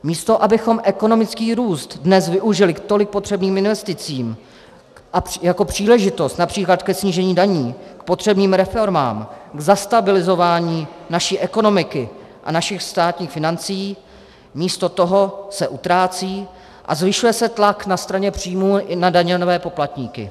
Místo abychom ekonomický růst dnes využili k tolik potřebným investicím a jako příležitost například ke snížení daní, k potřebným reformám, k zastabilizování naší ekonomiky a našich státních financí, místo toho se utrácí a zvyšuje se tlak na straně příjmů i na daňové poplatníky.